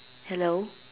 hello